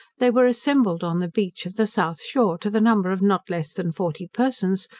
they were assembled on the beach of the south shore, to the number of not less than forty persons,